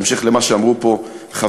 בהמשך למה שאמרו פה חברי,